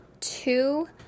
two